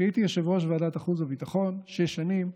כשהייתי יושב-ראש ועדת החוץ והביטחון שש שנים,